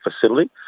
facility